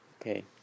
Okay